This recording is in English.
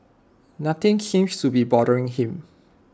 something seems to be bothering him